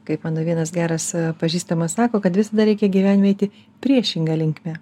kaip mano vienas geras pažįstamas sako kad visada reikia gyvenime eiti priešinga linkme